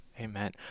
Amen